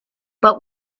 but